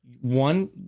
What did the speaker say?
One